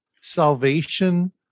salvation